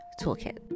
toolkit